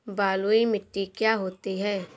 बलुइ मिट्टी क्या होती हैं?